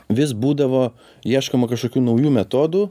vis būdavo ieškoma kažkokių naujų metodų